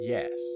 Yes